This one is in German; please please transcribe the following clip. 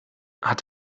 hat